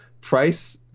Price